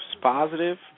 positive